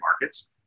markets